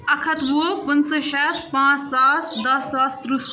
اَکھ ہَتھ وُہ پٕنٛژٕ شٮ۪تھ پانٛژھ ساس دَہ ساس تٕرٛہ ساس